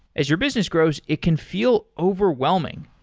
as your business grows, it can feel overwhelming.